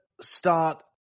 start